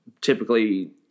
typically